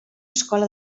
escola